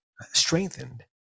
strengthened